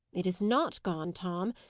it is not gone, tom.